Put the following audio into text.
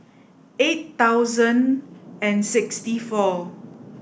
eight thousand and sixty four